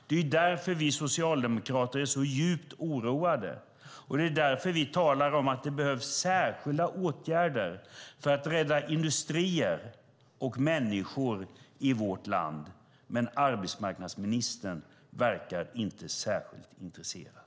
Det är därför vi socialdemokrater är så djupt oroade, och det är därför vi talar om att det behövs särskilda åtgärder för att rädda industrier och människor i vårt land. Men arbetsmarknadsministern verkar inte särskilt intresserad.